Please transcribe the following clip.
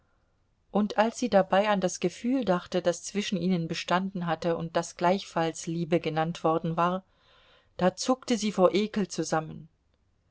und als sie dabei an das gefühl dachte das zwischen ihnen bestanden hatte und das gleichfalls liebe genannt worden war da zuckte sie vor ekel zusammen